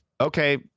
okay